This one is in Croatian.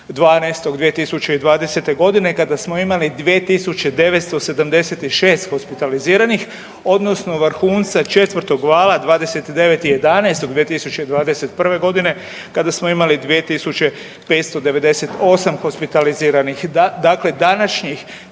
20.12.2020. godine kada smo imali 2.976 hospitaliziranih odnosno vrhunaca četvrtog vala 29.11.2021. godine kada smo imali 2.598 hospitaliziranih. Dakle, današnjih